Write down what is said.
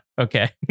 Okay